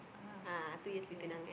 (uh huh) okay